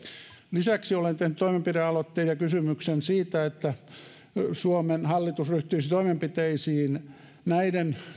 lisäksi olen tehnyt toimenpidealoitteen ja kysymyksen siitä että suomen hallitus ryhtyisi toimenpiteisiin näiden